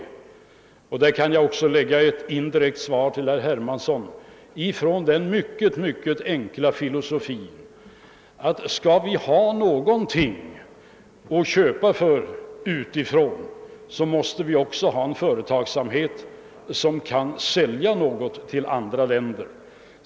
Jag kan också i detta sammanhang ge herr Hermansson ett indirekt svar med utgångspunkt i den mycket enkla filosofin att vi, om vi skall kunna köpa något utifrån, också måste ha en företagsamhet som kan sälja något till and ra länder.